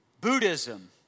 Buddhism